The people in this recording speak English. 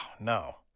no